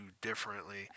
differently